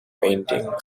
painting